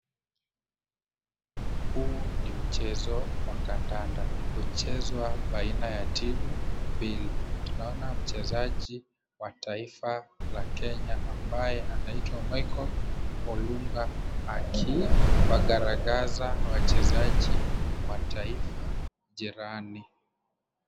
Huu ni mchezo wa kandanda, huchezwa baina ya timu mbili, tunaona mchezaji wa taifa la Kenya ambaye anaitwa Michael Olunga akiwagalagaza wachezaji wa taifa jirani.